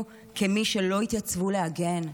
תיזכרו כמי שלא התייצבו להגן,